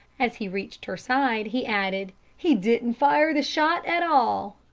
as he reached her side he added, he didn't fire the shot at all.